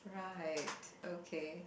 right okay